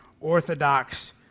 Orthodox